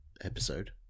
episode